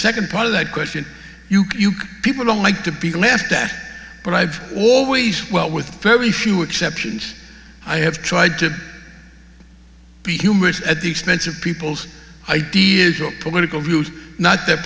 second part of that question you can people don't like to be laughed at but i've always well with very few exceptions i have tried to be humorous at the expense of people's ideas or political views not th